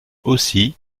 aussi